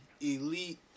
Elite